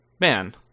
man